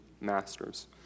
masters